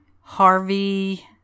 Harvey